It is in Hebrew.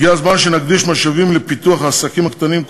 הגיע הזמן שנשקיע משאבים בפיתוח העסקים הקטנים,